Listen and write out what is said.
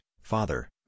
Father